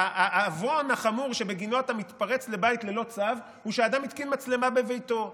העוון החמור שבגינו אתה מתפרץ לבית ללא צו הוא שאדם התקין מצלמה בביתו.